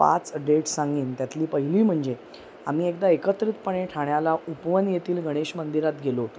पाच डेट सांगीन त्यातली पहिली म्हणजे आम्ही एकदा एकत्रितपणे ठाण्याला उपवन येथील गणेश मंदिरात गेलो